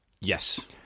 Yes